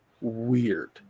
weird